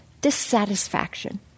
dissatisfaction